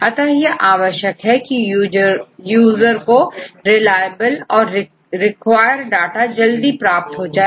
अतः यह आवश्यक है की यूजर को रिलाएबल और रिक्वायर डाटा जल्दी प्राप्त हो जाए